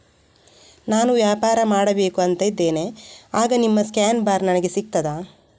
ನಾನು ವ್ಯಾಪಾರ ಮಾಡಬೇಕು ಅಂತ ಇದ್ದೇನೆ, ಆಗ ನಿಮ್ಮ ಸ್ಕ್ಯಾನ್ ಬಾರ್ ನನಗೆ ಸಿಗ್ತದಾ?